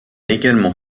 également